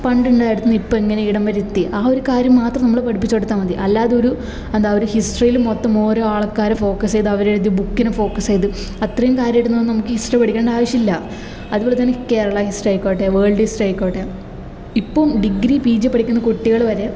പണ്ടുണ്ടായിരുന്ന ഇപ്പോൾ എങ്ങനെ ഇവിടം വരെ എത്തി ആ ഒരു കാര്യം മാത്രം നമ്മള് പഠിപ്പിച്ച് കൊടുത്താൽ മതി അല്ലാതെ ഒരു എന്താ ഒരു ഹിസ്റ്ററിയില് മൊത്തം ഓരോ ആൾക്കാരെ ഫോക്കസ് ചെയ്ത് അവരെഴുതിയ ബുക്കിനെ ഫോക്കസ് ചെയ്ത് അത്രയും കാര്യമായിട്ടൊന്നും നമുക്ക് ഹിസ്റ്ററി പഠിക്കേണ്ട ആവശ്യമില്ല അതുപോലെ തന്നെ കേരള ഹിസ്റ്ററി ആയിക്കോട്ടെ വേൾഡ് ഹിസ്റ്ററി ആയിക്കോട്ടെ ഇപ്പം ഡിഗ്രി പി ജി പഠിക്കുന്ന കുട്ടികള് വരെ